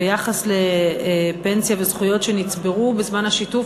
ביחס לפנסיה וזכויות שנצברו בזמן השיתוף.